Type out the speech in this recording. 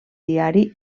diari